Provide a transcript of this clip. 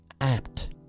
apt